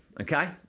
okay